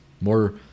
more